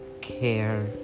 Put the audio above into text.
care